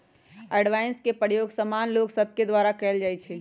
avoidance के प्रयोग सामान्य लोग सभके द्वारा कयल जाइ छइ